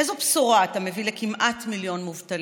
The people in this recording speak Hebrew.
איזו בשורה אתה מביא לכמעט מיליון מובטלים,